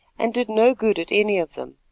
and did no good at any of them.